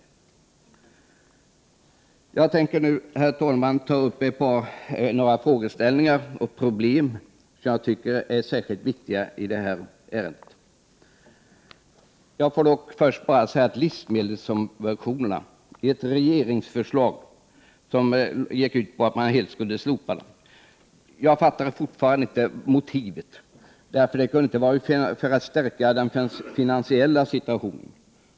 Herr talman! Jag tänker nu ta upp ett par frågeställningar och problem som jag tycker är särskilt viktiga i detta ärende. Först vill jag dock säga att jag inte riktigt förstår motivet bakom det regeringsförslag som gick ut på att man helt skulle slopa livsmedelssubventionerna. Det kunde inte vara att stärka den finansiella situationen.